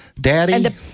Daddy